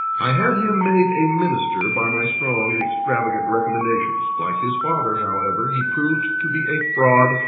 i had him made a minister by my strong and extravagant recommendations like his father, however, he proved to be a fraud,